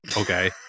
okay